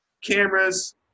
cameras